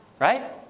Right